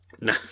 no